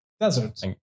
deserts